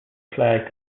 flag